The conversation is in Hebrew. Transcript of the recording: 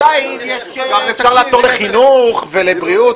אפשר גם לעצור לחינוך ולבריאות.